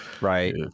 right